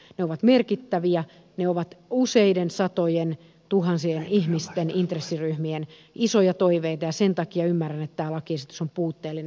ne ovat merkittäviä ne ovat useiden satojen tuhansien ihmisten intressiryhmien isoja toiveita ja sen takia ymmärrän että tämä lakiesitys on puutteellinen